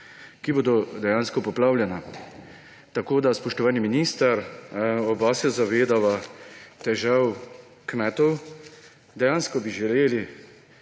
ki bodo dejansko poplavljena. Spoštovani minister, oba se zavedava težav kmetov. Dejansko bi želeli